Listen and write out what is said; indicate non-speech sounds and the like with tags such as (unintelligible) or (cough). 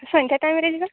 ସନ୍ଧ୍ୟା ଟାଇମ୍ରେ (unintelligible) ଯିବା